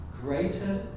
Greater